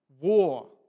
War